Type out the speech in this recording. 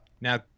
Now